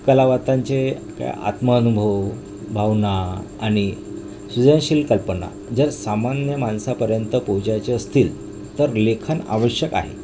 कलावंतांचे काय आत्मअनुभव भावना आणि सृजनशील कल्पना जर सामान्य माणसापर्यंत पोहोचायचे असतील तर लेखन आवश्यक आहे